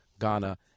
Ghana